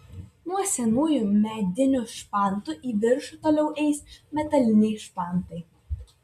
nuo senųjų medinių špantų į viršų toliau eis metaliniai špantai